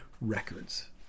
records